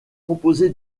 composé